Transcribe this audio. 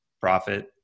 profit